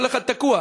כל אחד תקוע,